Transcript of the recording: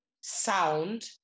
sound